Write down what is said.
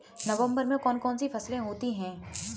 नवंबर में कौन कौन सी फसलें होती हैं?